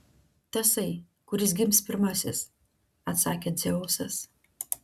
tasai kuris gims pirmasis atsakė dzeusas